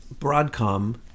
Broadcom